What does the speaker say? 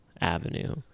Avenue